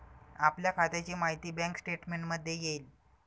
आपल्या खात्याची माहिती बँक स्टेटमेंटमध्ये येईल